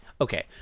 okay